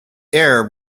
air